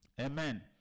Amen